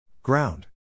Ground